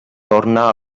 torna